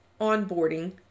onboarding